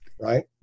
right